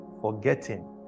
Forgetting